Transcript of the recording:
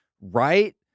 right